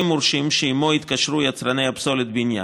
מורשים שעימם התקשרו יצרני פסולת הבניין.